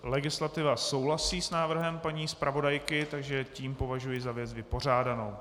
Legislativa souhlasí s návrhem paní zpravodajky, takže tím považuji věc za vypořádanou.